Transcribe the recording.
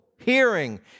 Hearing